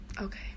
Okay